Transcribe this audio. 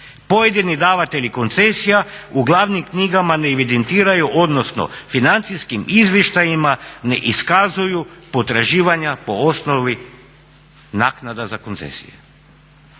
Pojedini davatelji koncesija u glavnim knjigama ne evidentiraju odnosno financijskim izvještajima ne iskazuju potraživanja po osnovi naknada za koncesije.